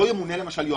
באיזה כביש נוכל לנסוע,